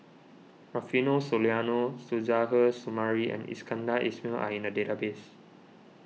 Rufino Soliano Suzairhe Sumari and Iskandar Ismail are in the database